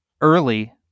early